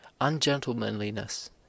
ungentlemanliness